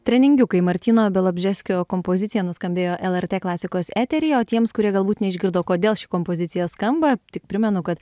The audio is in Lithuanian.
treningiukai martyno bialobžeskio kompozicija nuskambėjo lrt klasikos eteryje o tiems kurie galbūt neišgirdo kodėl ši kompozicija skamba tik primenu kad